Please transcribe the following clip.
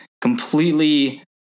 completely